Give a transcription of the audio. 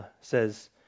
says